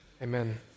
Amen